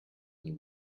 and